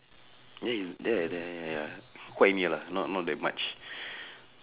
ya it's there there there ya quite near lah not not that much